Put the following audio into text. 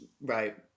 Right